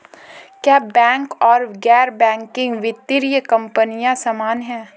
क्या बैंक और गैर बैंकिंग वित्तीय कंपनियां समान हैं?